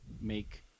make